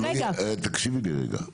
תקשיבי לי רגע,